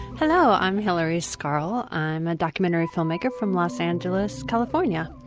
hello, i'm hilari scarl, i'm a documentary film maker from los angeles, california.